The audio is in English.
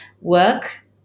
work